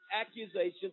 accusations –